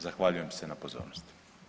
Zahvaljujem se na pozornosti.